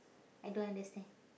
I don't understand